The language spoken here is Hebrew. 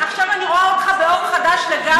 עכשיו אני רואה אותך באור חדש לגמרי.